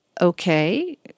Okay